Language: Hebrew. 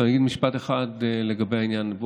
אגיד משפט אחד לגבי העניין.